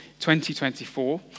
2024